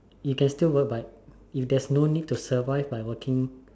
you can still work but if there's no need to survive by working